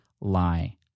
lie